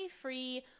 free